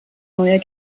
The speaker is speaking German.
neuer